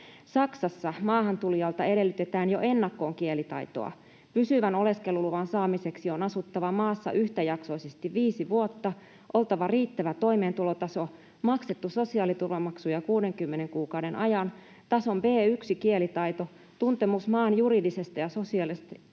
Saksassa maahantulijalta edellytetään jo ennakkoon kielitaitoa. Pysyvän oleskeluluvan saamiseksi on: asuttava maassa yhtäjaksoisesti viisi vuotta, oltava riittävä toimeentulotaso, maksettu sosiaaliturvamaksuja 60 kuukauden ajan, tason B1 kielitaito, tuntemus maan juridisesta ja sosiaalisesta